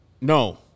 No